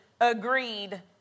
agreed